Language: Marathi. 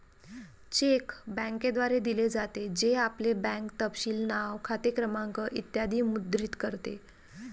चेक बँकेद्वारे दिले जाते, जे आपले बँक तपशील नाव, खाते क्रमांक इ मुद्रित करते